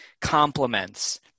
complements